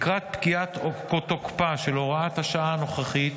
לקראת פקיעת תוקפה של הוראת השעה הנוכחית,